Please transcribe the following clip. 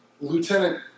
Lieutenant